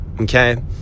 Okay